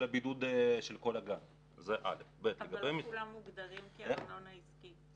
לא כולם מוגדרים כארנונה עסקית.